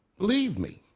believe me,